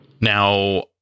Now